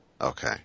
Okay